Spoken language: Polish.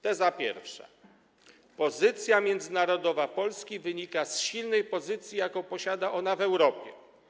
Teza pierwsza: pozycja międzynarodowa Polski wynika z silnej pozycji, jaką posiada ona w Europie.